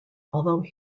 although